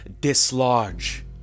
dislodge